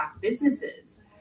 businesses